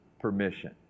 permission